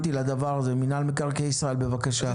בבקשה.